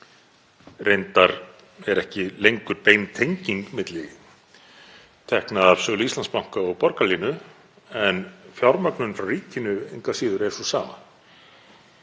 Reyndar er ekki lengur bein tenging milli tekna af sölu Íslandsbanka og borgarlínu en fjármögnun frá ríkinu engu að síður er sú sama